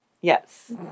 Yes